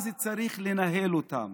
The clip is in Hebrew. אז צריך לנהל אותם.